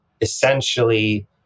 essentially